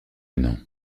non